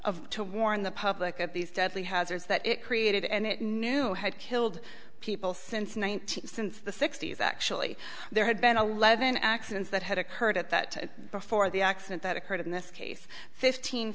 of to warn the public at these deadly hazards that it created and it knew had killed people since one thousand since the sixty's actually there had been a lead in accidents that had occurred at that before the accident that occurred in this case fifteen